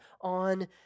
on